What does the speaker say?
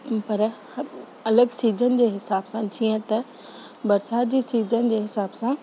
पर अलॻि सीजन जे हिसाब सां जीअं बरिसातु जी सीजन जे हिसाब सां